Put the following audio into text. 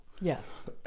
Yes